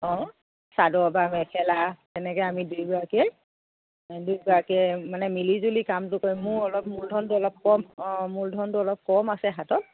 অঁ চাদৰ বা মেখেলা তেনেকৈ আমি দুয়োগৰাকীয়ে অঁ দুয়োগৰাকীয়ে মানে মিলিজুলি কামটো কৰিম মোৰ অলপ মূলধনটো অলপ কম অঁ মূলধনটো অলপ কম আছে হাতত